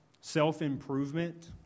self-improvement